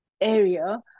area